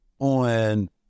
on